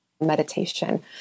meditation